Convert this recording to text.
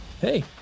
hey